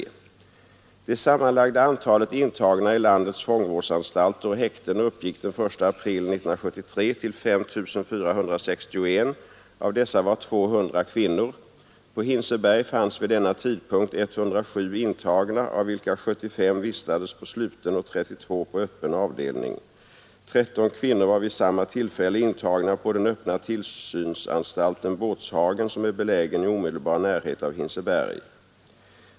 Det sammanlagda antalet intagna i landets fångvårdsanstalter och häkten uppgick den 1 april 1973 till 5 461. Av dessa var 200 kvinnor. På Hinseberg fanns vid denna tidpunkt 107 intagna, av vilka 75 vistades på sluten och 32 på öppen avdelning. 13 kvinnor var vid samma tillfälle intagna på den öppna tillsynsanstalten Båtshagen, som är belägen i omedelbar närhet av Hinseberg.